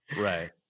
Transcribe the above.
right